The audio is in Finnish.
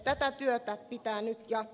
tätä työtä pitää nyt jatkaa